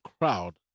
crowd